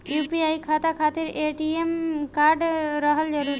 UPI खाता खातिर ATM card रहल जरूरी बा?